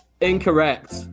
Incorrect